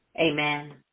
Amen